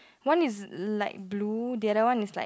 one is l~ like blue the other one is like